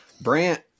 brant